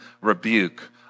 rebuke